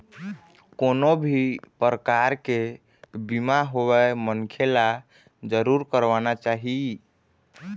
कोनो भी परकार के बीमा होवय मनखे ल जरुर करवाना चाही